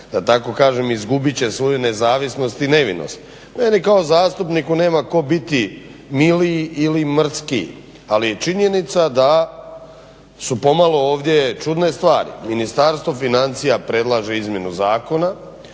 da tako kažem, izgubit će svoju nezavisnost i nevinost. Meni kao zastupniku nema tko biti miliji ili mrskiji, ali je činjenica da su pomalo ovdje čudne stvari. Ministarstvo financija predlaže izmjenu zakona.